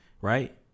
right